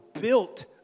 built